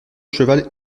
cheval